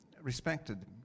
respected